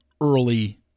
early